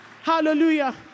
hallelujah